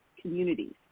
communities